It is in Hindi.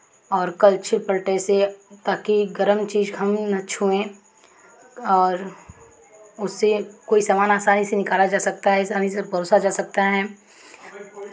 और कलछुल पलटे से ताकि गरम चीज़ हम ना छुएँ और उसे कोई सामान आसानी से निकाला जा सकता है आसानी से परोसा जा सकता है